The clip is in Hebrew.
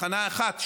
תחנה אחת,